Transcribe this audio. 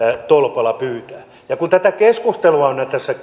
tolpalla pyytää ja kun tätä keskustelua on nyt tässä